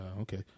okay